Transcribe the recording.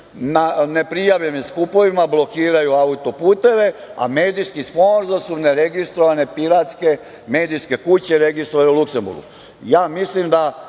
neprijavljenim skupovima blokiraju autoputeve, a možda su neregistrovane piratske medijske kuće registrovali u Luksemburgu. Mislim